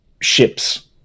ships